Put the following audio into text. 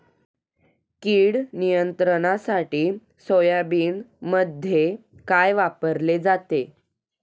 कीड नियंत्रणासाठी सोयाबीनमध्ये काय वापरले जाते?